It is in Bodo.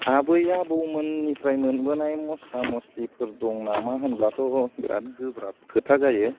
आबै आबौमोननिफ्राय मोनबोनाय मस्ला मस्लिफोर दं नामा होनब्लाथ' बिराद गोब्राब खोथा जायो